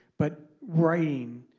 but writing,